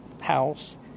house